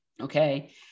okay